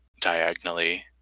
diagonally